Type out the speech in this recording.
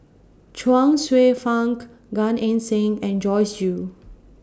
Chuang Hsueh Fang Gan Eng Seng and Joyce Jue